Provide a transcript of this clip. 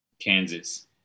Kansas